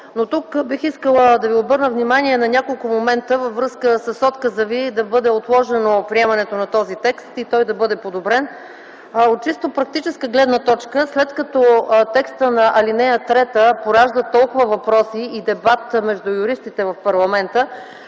Тук бих искала да обърна внимание върху няколко момента във връзка с отказа ви да бъде отложено приемането на този текст и той да бъде подобрен. От чисто практическа гледна точка, след като текстът на ал. 3 поражда толкова въпроси и дебат между юристите в парламента,